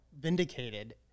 vindicated